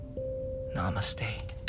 Namaste